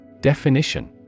Definition